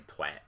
twat